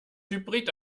hybrid